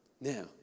Now